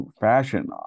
fashion